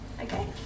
Okay